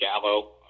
Gallo